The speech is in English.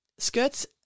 skirts